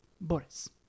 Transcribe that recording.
Boris